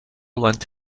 lent